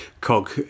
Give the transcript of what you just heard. cog